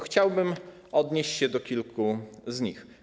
Chciałbym odnieść się do kilku z nich.